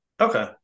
okay